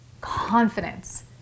confidence